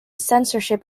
censorship